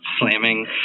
slamming